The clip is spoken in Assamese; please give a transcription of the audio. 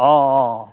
অঁ অঁ